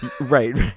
Right